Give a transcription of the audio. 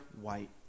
white